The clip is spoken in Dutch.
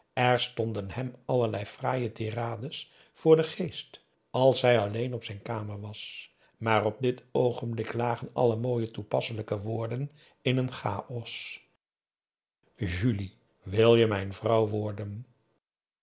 er stonden hem allerlei fraaie tirades voor den geest als hij alleen op zijn kamer was maar op dit oogenblik lagen alle mooie toepasselijke woorden in een chaos julie wil je mijn vrouw worden